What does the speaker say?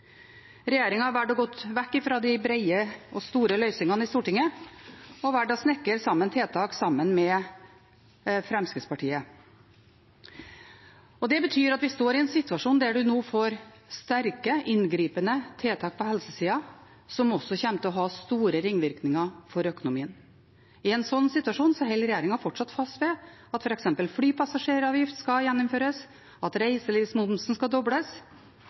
vekk fra de brede og store løsningene i Stortinget, og har valgt å snekre sammen tiltak sammen med Fremskrittspartiet. Det betyr at vi står i en situasjon der en nå får sterke, inngripende tiltak på helsesida som også kommer til å ha store ringvirkninger for økonomien. I en slik situasjon holder regjeringen fortsatt fast ved at f.eks. flypassasjeravgift skal gjeninnføres, at reiselivsmomsen skal dobles